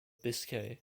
biscay